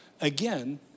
Again